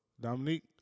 Dominique